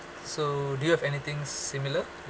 so do you have anything similar